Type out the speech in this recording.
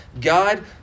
God